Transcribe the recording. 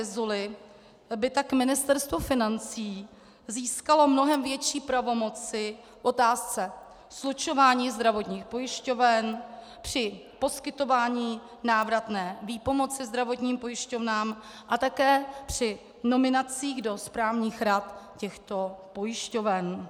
Vyzuly by tak Ministerstvo financí získalo mnohem větší pravomoci v otázce slučování zdravotních pojišťoven, při poskytování návratné výpomoci zdravotním pojišťovnám a také při nominacích do správních rad těchto pojišťoven.